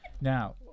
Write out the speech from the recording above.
Now